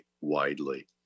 widely